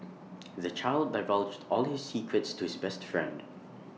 the child divulged all his secrets to his best friend